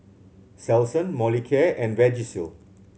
Selsun Molicare and Vagisil